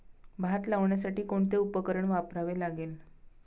भात लावण्यासाठी कोणते उपकरण वापरावे लागेल?